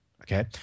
okay